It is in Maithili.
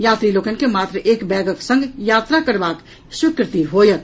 यात्री लोकनि के मात्र एक बैगक संग यात्रा करबाक स्वीकृति होयत